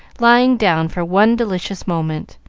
lying down for one delicious moment.